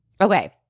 Okay